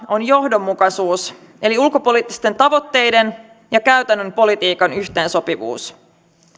on johdonmukaisuus eli ulkopoliittisten tavoitteiden ja käytännön politiikan yhteensopivuus